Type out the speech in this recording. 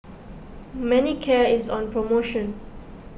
Manicare is on promotion